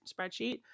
spreadsheet